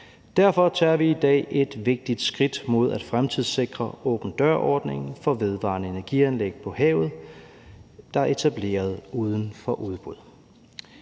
Derfor tager vi i dag et vigtigt skridt mod at fremtidssikre åben dør-ordningen for vedvarende energi-anlæg på havet, der er etableret uden udbud.